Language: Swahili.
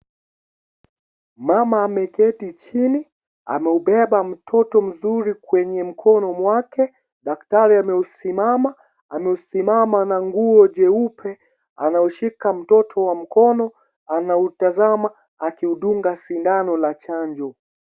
Mama ameketi chini amebeba mtoto mzuri kwenye mkono wake daktari amesimama, amesimama na nguo jeupe anaushika mtoto mkono anautazama akiudunga sindano la chanjo.